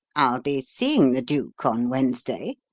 i'll be seeing the duke on wednesday,